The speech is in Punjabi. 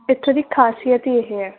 ਇੱਥੋਂ ਦੀ ਖਾਸੀਅਤ ਇਹ ਹੈ